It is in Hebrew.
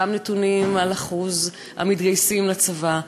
גם נתונים על אחוז המתגייסים לצבא,